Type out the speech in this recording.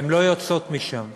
הן לא יוצאות משם.